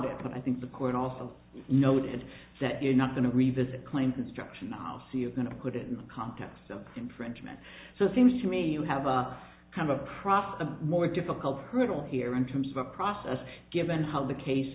it but i think the court also noted that you're not going to revisit klein's instruction now so you're going to put it in the context of infringement so it seems to me you have a kind of craft a more difficult hurdle here in terms of the process given how the case